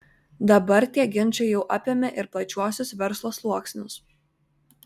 dabar tie ginčai jau apėmė ir plačiuosius verslo sluoksnius